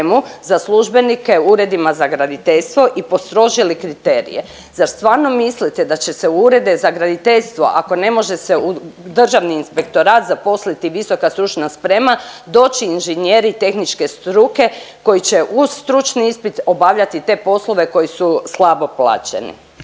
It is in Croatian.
za službenike u uredima za graditeljstvo i postrožili kriterije. Zar stvarno mislite da će se u urede za graditeljstvo ako ne može se u Državni inspektorat zaposliti visoka stručna sprema, doći inženjeri tehničke struke koji će uz stručni ispit obavljati te poslove koji su slabo plaćeni?